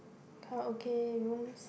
Karaoke room